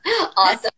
awesome